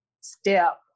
step